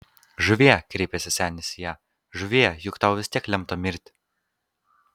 žuvie kreipėsi senis į ją žuvie juk tau vis tiek lemta mirti